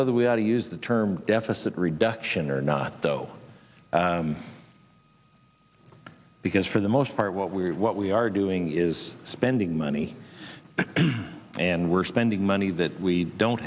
whether we ought to use the term deficit reduction or not though because for the most part what we what we are doing is spending money and we're spending money that we don't